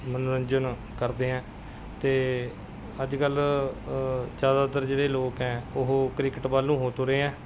ਮਨੋਰੰਜਨ ਕਰਦੇ ਹੈ ਅਤੇ ਅੱਜ ਕੱਲ੍ਹ ਜ਼ਿਆਦਾਤਰ ਜਿਹੜੇ ਲੋਕ ਹੈ ਉਹ ਕ੍ਰਿਕਟ ਵੱਲ ਨੂੰ ਹੋ ਤੁਰੇ ਹੈ